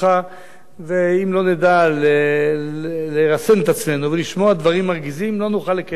ואם לא נדע לרסן את עצמנו ולשמוע דברים מרגיזים לא נוכל לקיים את אותה